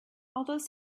although